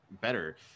better